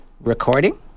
recording